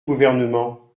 gouvernement